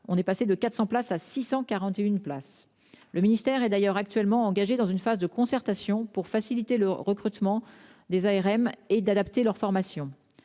places contre 400 auparavant. Le ministère est d'ailleurs actuellement engagé dans une phase de concertation pour faciliter le recrutement d'ARM et adapter leur formation.